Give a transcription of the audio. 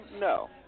no